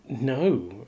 No